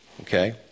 Okay